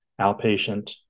outpatient